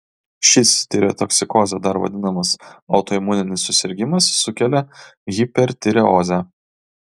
šis tireotoksikoze dar vadinamas autoimuninis susirgimas sukelia hipertireozę